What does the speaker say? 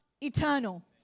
eternal